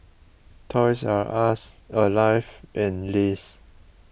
Toys R Us Alive and Lays